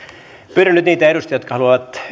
pyydän nyt niitä edustajia jotka haluavat